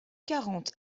quarante